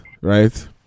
right